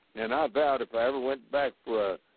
and i vowed if i ever went back for